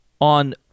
on